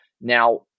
Now